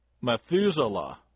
Methuselah